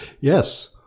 yes